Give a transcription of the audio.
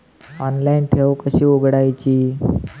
Online ठेव कशी उघडायची?